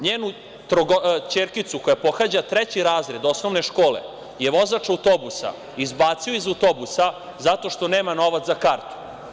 NJenu ćerkicu, koja pohađa treći razred osnovne škole, je vozač autobusa izbacio iz autobusa zato što nema novac za kartu.